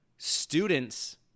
Students